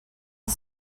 the